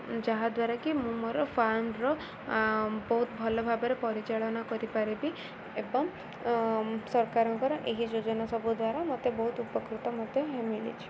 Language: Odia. ଯାହାଦ୍ୱାରା କି ମୁଁ ମୋର ଫାର୍ମର ବହୁତ ଭଲ ଭାବରେ ପରିଚାଳନା କରିପାରିବି ଏବଂ ସରକାରଙ୍କର ଏହି ଯୋଜନା ସବୁ ଦ୍ୱାରା ମୋତେ ବହୁତ ଉପକୃତ ମଧ୍ୟ ମିଳିଛି